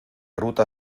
ruta